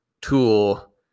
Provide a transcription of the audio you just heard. tool